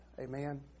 Amen